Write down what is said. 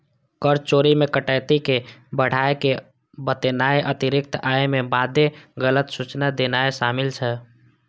कर चोरी मे कटौती कें बढ़ाय के बतेनाय, अतिरिक्त आय के मादे गलत सूचना देनाय शामिल छै